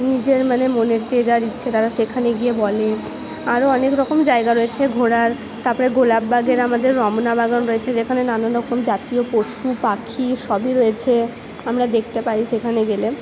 নিজের মানে মনের যে যার ইচ্ছে দ্বারা সেখানে গিয়ে বলে আরও অনেক রকম জায়গা রয়েছে ঘোরার তারপরে গোলাপবাগের আমাদের রমনা বাগান রয়েছে যেখানে নানান রকম জাতীয় পশু পাখি সবই রয়েছে আমরা দেখতে পাই সেখানে গেলে